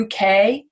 UK